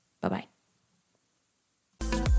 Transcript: Bye-bye